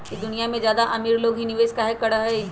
ई दुनिया में ज्यादा अमीर लोग ही निवेस काहे करई?